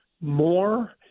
more